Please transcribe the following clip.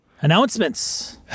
Announcements